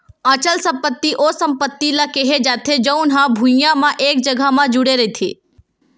अचल संपत्ति ओ संपत्ति ल केहे जाथे जउन हा भुइँया म एक जघा म जुड़े रहिथे